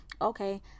okay